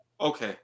Okay